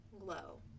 Low